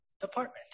...department